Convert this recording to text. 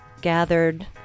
gathered